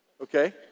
okay